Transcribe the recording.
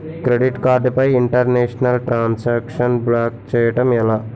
Credit card పై international transaction block చేయటం ఎలా?